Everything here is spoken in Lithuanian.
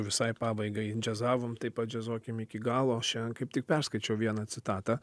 visai pabaigai džiazavom taip padžiazuokim iki galo šiandien kaip tik perskaičiau vieną citatą